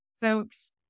folks